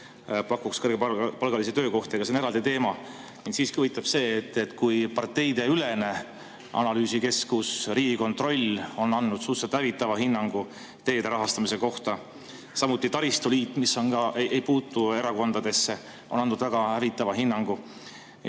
pakuks kõrgepalgalisi töökohti. Aga see on eraldi teema. Mind siiski huvitab see, et kui parteideülene analüüsikeskus Riigikontroll on andnud suhteliselt hävitava hinnangu teede rahastamise kohta, samuti taristuliit, mis ei puutu erakondadesse, on andnud väga hävitava hinnangu,